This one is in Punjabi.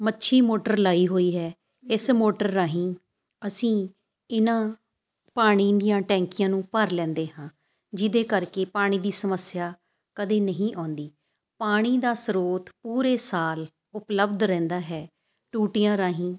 ਮੱਛੀ ਮੋਟਰ ਲਾਈ ਹੋਈ ਹੈ ਇਸ ਮੋਟਰ ਰਾਹੀਂ ਅਸੀਂ ਇਹਨਾਂ ਪਾਣੀ ਦੀਆਂ ਟੈਂਕੀਆਂ ਨੂੰ ਭਰ ਲੈਂਦੇ ਹਾਂ ਜਿਹਦੇ ਕਰਕੇ ਪਾਣੀ ਦੀ ਸਮੱਸਿਆ ਕਦੇ ਨਹੀਂ ਆਉਂਦੀ ਪਾਣੀ ਦਾ ਸਰੋਤ ਪੂਰੇ ਸਾਲ ਉਪਲਬਧ ਰਹਿੰਦਾ ਹੈ ਟੂਟੀਆਂ ਰਾਹੀਂ